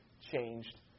changed